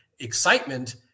excitement